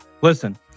Listen